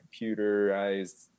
computerized